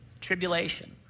tribulation